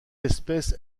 espèce